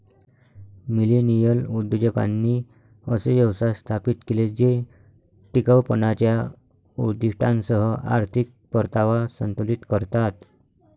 millennial उद्योजकांनी असे व्यवसाय स्थापित केले जे टिकाऊपणाच्या उद्दीष्टांसह आर्थिक परतावा संतुलित करतात